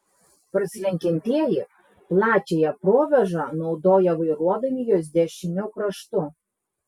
prasilenkiantieji plačiąją provėžą naudoja vairuodami jos dešiniu kraštu